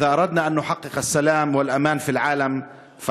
אם אנחנו רוצים להגיע לשלום ולביטחון בעולם,